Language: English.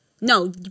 no